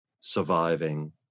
surviving